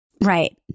Right